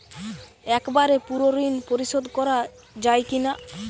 একবারে পুরো ঋণ পরিশোধ করা যায় কি না?